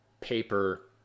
paper